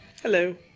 Hello